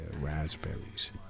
raspberries